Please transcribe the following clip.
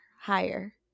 higher